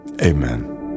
amen